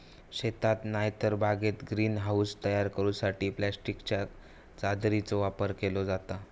शेतात नायतर बागेत ग्रीन हाऊस तयार करूसाठी प्लास्टिकच्या चादरीचो वापर केलो जाता